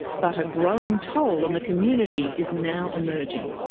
but a growing toll on the community is now emerging.